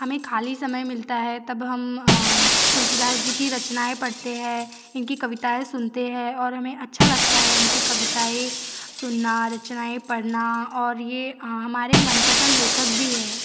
हमें ख़ाली समय मिलता है तब हम तुलसीदास जी की रचनाएं पढ़ते हैं इनकी कविताएं सुनते हैं और हमें अच्छा लगता है इनकी कविताएं सुनना रचनाएं पढ़ना और ये हमारे मनपसंद लेखक भी हैं